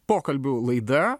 pokalbių laida